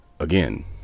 Again